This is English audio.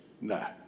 No